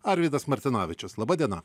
arvydas martinavičius laba diena